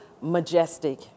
majestic